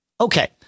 Okay